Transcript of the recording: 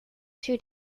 two